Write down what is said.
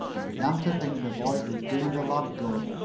and began to think the voyage was doing the lad good.